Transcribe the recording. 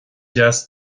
deas